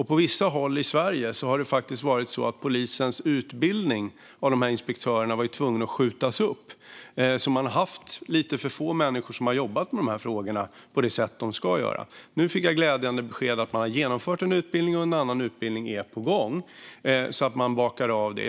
På vissa håll i Sverige har polisens utbildning av dessa inspektörer behövt skjutas upp. Man har alltså haft lite för få människor som har jobbat med de här frågorna på det sätt de ska göra. Nu fick jag just det glädjande beskedet att man har genomfört en utbildning och att en annan utbildning är på gång, så att man bockar av det.